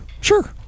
sure